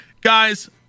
Guys